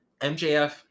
MJF